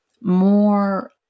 more